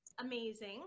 amazing